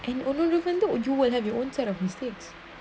and oh no even though you will have your own set of mistakes